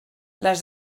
les